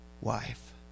wife